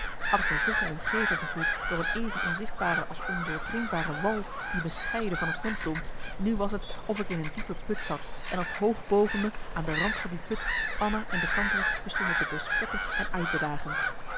had ik me vroeger omgeven gevoeld door een even onzichtbare als ondoordringbare wal die me scheidde van het menschdom nu was t of ik een diepe put zat en of hoog boven me aan de rand van die put anna en de kantere me stonden te bespotten en uit te dagen